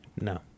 No